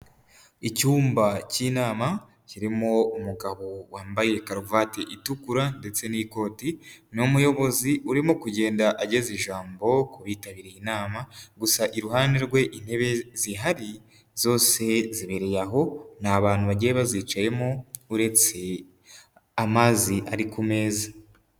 Icyumba cy'inama kirimo umugabo wambaye karuvati itukura ndetse n'ikoti ni umuyobozi urimo kugenda ageza ijambo ku bitabiriye inama, gusa iruhande rwe intebe zihari zose zibereye aho ntabantu bagiye bazicaramo uretse amazi ari ku meza.